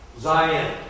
Zion